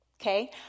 Okay